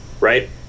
right